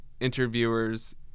interviewer's